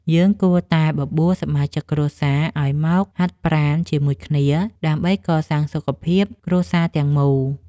យើងគួរតែបបួលសមាជិកគ្រួសារឱ្យមកហាត់ប្រាណជាមួយគ្នា ដើម្បីកសាងសុខភាពគ្រួសារទាំងមូល។